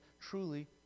truly